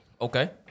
Okay